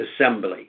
Assembly